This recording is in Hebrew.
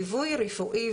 ליווי רפואי,